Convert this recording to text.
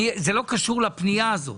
זה לא קשור לפנייה הזאת.